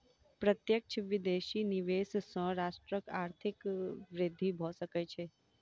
प्रत्यक्ष विदेशी निवेश सॅ राष्ट्रक आर्थिक वृद्धि भ सकै छै